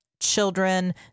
children